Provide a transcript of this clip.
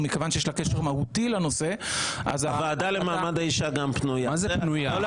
ומכיוון שיש לה קשר מהותי לנושא --- הוועדה למעמד האישה גם פנויה.